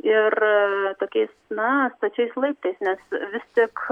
ir tokiais na stačiais laiptais nes vis tik